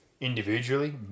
individually